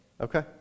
Okay